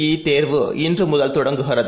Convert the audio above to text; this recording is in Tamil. இதேர்வுஇன்றுமுத ல்தொடங்குகிறது